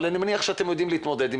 אבל אני מניח שאתם יודעים להתמודד עם